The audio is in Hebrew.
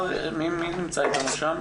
מי נמצא איתנו מהממונה על השכר?